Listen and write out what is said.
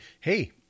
hey